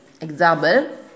Example